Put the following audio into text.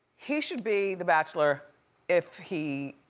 he should be the bachelor if he.